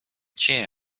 gin